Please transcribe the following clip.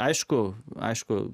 aišku aišku